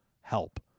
help